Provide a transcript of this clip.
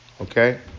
okay